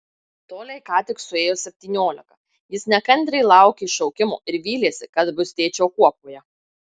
toliai ką tik suėjo septyniolika jis nekantriai laukė šaukimo ir vylėsi kad bus tėčio kuopoje